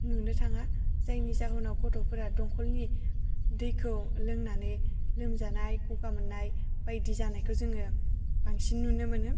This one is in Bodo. नुनो थाङा जायनि जाहोनाव गथ'फोरा दंकलनि दैखौ लोंनानै लोमजानाय ग'गा मोननाय बायदि जानायखौ जोङो बांसिन नुनो मोनो